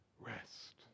rest